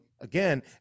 again